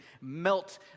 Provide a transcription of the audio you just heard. melt